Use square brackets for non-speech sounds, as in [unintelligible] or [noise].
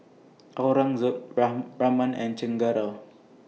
Aurangzeb [unintelligible] Raman and Chengara